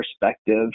perspective